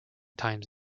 times